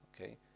okay